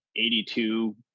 82